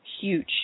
huge